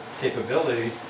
capability